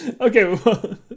Okay